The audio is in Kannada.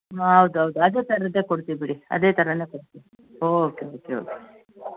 ಹಾಂ ಹೌದ್ ಹೌದ್ ಅದೇ ಸರ್ ಅದೇ ಕೊಡ್ತೀವಿ ಬಿಡಿ ಅದೇ ಥರನೆ ಕೊಡ್ತೀವಿ ಓಕೆ ಓಕೆ ಓಕೆ